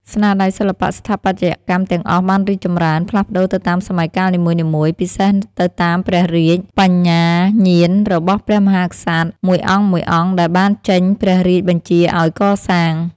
ស្នាដៃសិល្បៈស្ថាបត្យកម្មទាំង អស់បានរីកចម្រើន ផ្លាស់ប្តូរទៅតាមសម័យកាលនីមួយៗ ពិសេសទៅតាមព្រះរាជ បញ្ញាញាណរបស់ព្រះមហាក្សត្រមួយអង្គៗ ដែលបានចេញព្រះរាជបញ្ជាឱ្យកសាង។